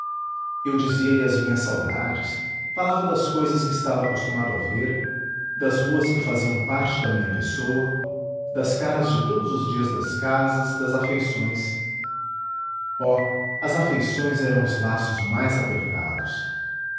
janeiro eu dizia-lhe as minhas saudades falava das cousas que estava acostumado a ver das ruas que faziam parte da minha pessoa das caras de todos os dias das casas das afeições oh as afeições eram os laços mais apertados